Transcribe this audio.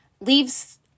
leaves